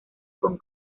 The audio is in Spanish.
con